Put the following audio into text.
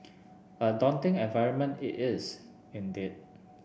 a daunting environment it is indeed